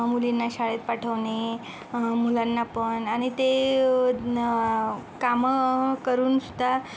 मुलींना शाळेत पाठवणे मुलांना पण आणि ते कामं करून सुद्धा